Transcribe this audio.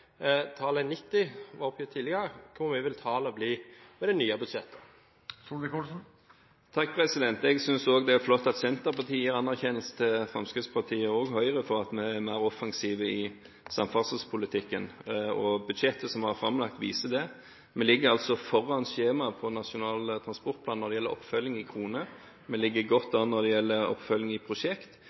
Tallet 90 var oppgitt tidligere. Hva vil tallet bli med det nye budsjettet? Jeg synes det er flott at Senterpartiet gir anerkjennelse til Fremskrittspartiet og Høyre for at vi er mer offensive i samferdselspolitikken, og budsjettet som vi har framlagt, viser det. Vi ligger altså foran skjemaet til Nasjonal transportplan når det gjelder oppfølging i kroner. Vi ligger godt an når det gjelder oppfølging i prosjekt.